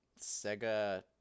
sega